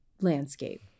landscape